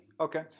Okay